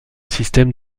système